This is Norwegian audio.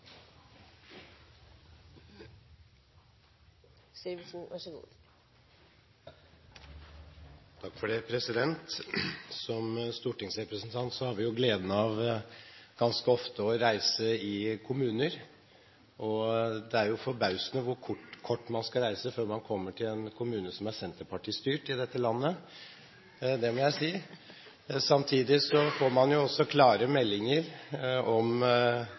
Som stortingsrepresentanter har vi gleden av ganske ofte å reise i kommuner, og det er forbausende hvor kort man skal reise før man kommer til en kommune som er senterpartistyrt i dette landet – det må jeg si. Samtidig får man også klare meldinger, ikke minst fra senterpartiordførere, om